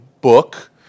book